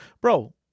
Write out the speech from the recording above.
bro